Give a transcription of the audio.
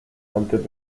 antes